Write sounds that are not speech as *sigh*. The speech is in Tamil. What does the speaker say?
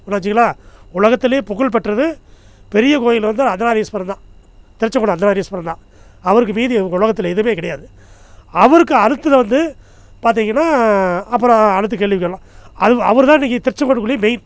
*unintelligible* உலகத்திலயே புகழ்பெற்றது பெரிய கோயில் வந்து அர்த்தனாரீஸ்வரர் தான் திருச்சமல அர்த்தனாரீஸ்வரர் தான் அவருக்கு மீதி உலகத்தில் எதுவுமே கிடையாது அவருக்கு அடுத்தது வந்து பார்த்திங்கன்னா அப்புறம் அடுத்த கேள்விக்கு வரலாம் அவர் அவர்தான் இன்னைக்கு திருச்சங்கோட்டுக்குள்ளேயே மெயின்